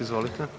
Izvolite.